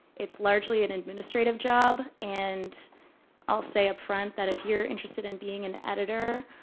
it's largely an administrative job. and i'll say upfront that if you're interested in being an editor,